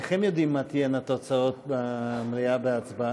איך הם יודעים מה תהיינה התוצאות במליאה בהצבעה.